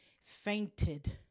fainted